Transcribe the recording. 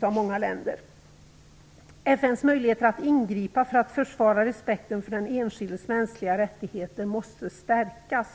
av många länder. FN:s möjligheter att ingripa för att försvara respekten för den enskildes mänskliga rättigheter måste stärkas.